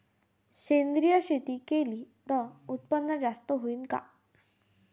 सेंद्रिय शेती केली त उत्पन्न जास्त होईन का?